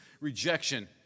rejection